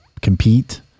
compete